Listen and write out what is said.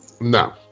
No